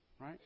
right